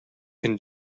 can